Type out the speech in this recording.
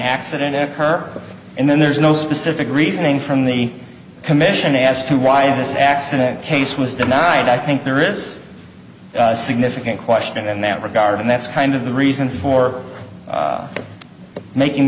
accident occur and then there's no specific reasoning from the commission as to why this accident case was denied i think there is significant question in that regard and that's kind of the reason for making